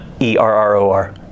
E-R-R-O-R